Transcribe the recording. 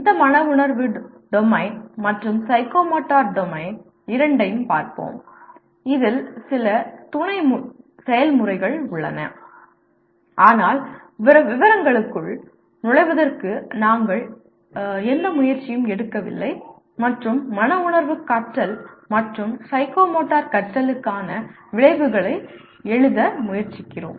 இந்த மன உணர்வு டொமைன் மற்றும் சைக்கோமோட்டர் டொமைன் இரண்டையும் பார்ப்போம் இதில் சில துணை செயல்முறைகள் உள்ளன ஆனால் விவரங்களுக்குள் நுழைவதற்கு நாம்எந்த முயற்சியும் எடுக்கவில்லை மற்றும் மன உணர்வு கற்றல் மற்றும் சைக்கோமோட்டர் கற்றலுக்கான விளைவுகளை எழுத முயற்சிக்கிறோம்